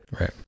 Right